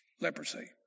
Leprosy